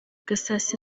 gasarasi